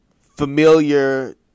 familiar